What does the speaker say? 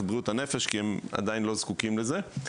בריאות הנפש כי הם עדיין לא זקוקים לזה.